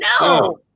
No